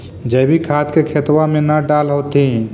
जैवीक खाद के खेतबा मे न डाल होथिं?